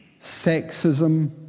sexism